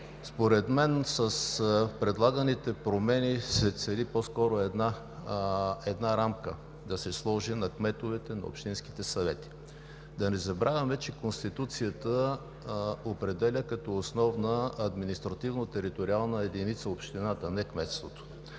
Според мен с предлаганите промени се цели по-скоро да се сложи една рамка на кметовете на общинските съвети. Да не забравяме, че Конституцията определя като основна административно-териториална единица общината, а не кметството.